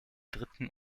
dritten